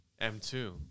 M2